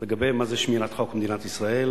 לגבי מה זה שמירת חוק במדינת ישראל,